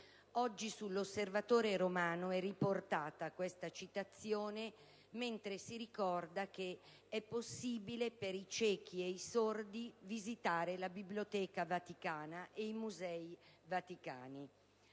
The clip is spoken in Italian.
Oggi, su «L'Osservatore Romano» è riportata questa citazione, mentre si ricorda che è possibile per i ciechi e i sordi visitare la Biblioteca e i Musei vaticani.